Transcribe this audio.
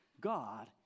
God